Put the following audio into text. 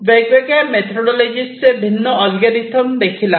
वेगवेगळ्या मेथोडोलॉजीचे भिन्न ऍलगोरिदम आहेत